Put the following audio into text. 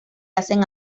hacen